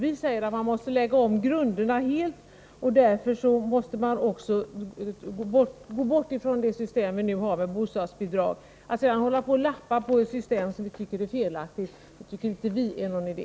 Vi säger att man måste lägga om grunderna helt, och därför måste man också gå ifrån det system vi nu har för bostadsbidragen. Att hålla på och lappa på ett system som vi anser vara felaktigt tycker inte vi är någon idé.